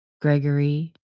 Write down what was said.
Gregory